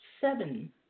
seven